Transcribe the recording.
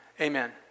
Amen